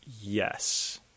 yes